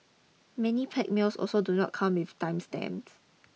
many packed meals also do not come with time stamps